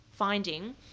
finding